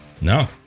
no